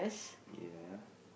ya